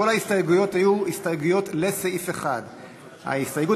כל ההסתייגויות היו הסתייגויות לסעיף 1. ההסתייגות